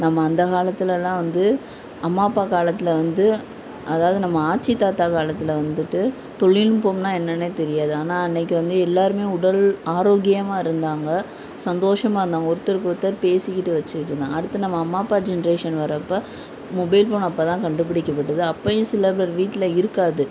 நம்ம அந்த காலத்திலலாம் வந்து அம்மா அப்பா காலத்தில் வந்து அதாவது நம்ம ஆச்சி தாத்தா காலத்தில் வந்துட்டு தொலில்நுட்பம்னால் என்னென்னே தெரியாது ஆனால் அன்னைக்கு வந்து எல்லாருமே உடல் ஆரோக்கியமாக இருந்தாங்கள் சந்தோஷமாக இருந்தாங்கள் ஒருத்தருக்கு ஒருத்தர் பேசிக்கிட்டு வச்சிக்கிட்டு இருந்தாங்கள் அடுத்து நம்ம அம்மா அப்பா ஜென்ரேஷன் வரப்போ மொபைல் ஃபோன் அப்போ தான் கண்டுபிடிக்கப்பட்டது அப்பயும் சில பேர் வீட்டில் இருக்காது